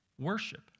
worship